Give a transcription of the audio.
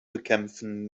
bekämpfen